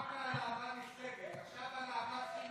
פעם על אהבה נכזבת, עכשיו על אהבת חינם.